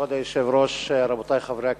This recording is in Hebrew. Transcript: כבוד היושב-ראש, רבותי חברי הכנסת,